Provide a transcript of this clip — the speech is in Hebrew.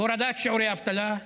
הורדת שיעורי אבטלה,